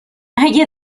اگه